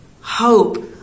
hope